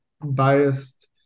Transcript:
biased